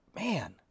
Man